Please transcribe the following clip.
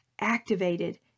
activated